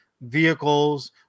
vehicles